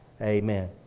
Amen